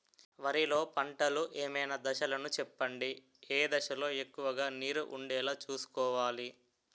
వరిలో పంటలు ఏమైన దశ లను చెప్పండి? ఏ దశ లొ ఎక్కువుగా నీరు వుండేలా చుస్కోవలి?